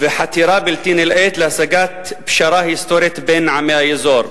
ובחתירה בלתי נלאית להשגת פשרה היסטורית בין עמי האזור.